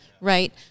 right